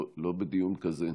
בבקשה.